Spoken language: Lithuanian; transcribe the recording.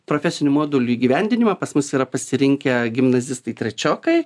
profesinių modulių įgyvendinimą pas mus yra pasirinkę gimnazistai trečiokai